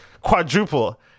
quadruple